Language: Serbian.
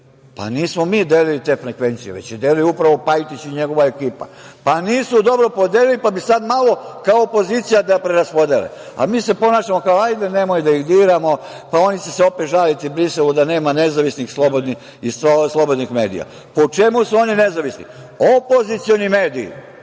Nismo mi delili te frekvencije, već ih je delio upravo Pajtić i njegova ekipa, pa nisu dobro podelili pa bi sada malo kao opozicija da preraspodele, a mi se ponašamo kao hajde nemoj da ih diramo, opet će se žaliti Briselu da nema nezavisnih i slobodnih medija. Po čemu su oni nezavisni? Opozicioni mediji